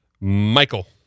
Michael